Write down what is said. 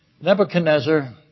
Nebuchadnezzar